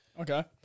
Okay